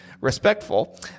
respectful